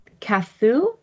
Kathu